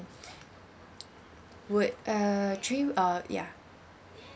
would uh three uh yeah